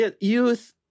youth